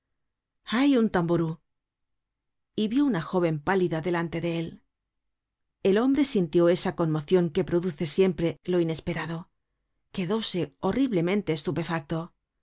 hay un tamború y vió una jóven pálida delante de él el hombre sintió esa conmocion que produce siempre lo inesperado quedóse horriblemente estupefacto